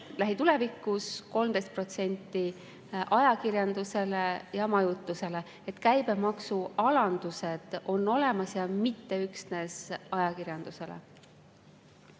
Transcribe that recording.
lähitulevikus 13% ajakirjandusele ja majutusele. Käibemaksualandused on olemas ja mitte üksnes ajakirjandusel.